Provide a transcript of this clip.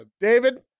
David